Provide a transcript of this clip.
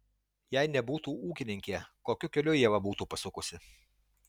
jei nebūtų ūkininkė kokiu keliu ieva būtų pasukusi